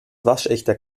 waschechter